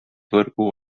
võrgu